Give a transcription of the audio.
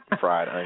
Fried